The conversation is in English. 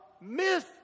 miss